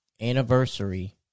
anniversary